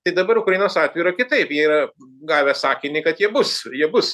tai dabar ukrainos atveju yra kitaip jie yra gavę sakinį kad jie bus jie bus